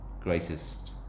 greatest